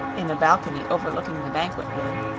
in a balcony overlooking the banquet room,